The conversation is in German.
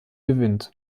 gewinnt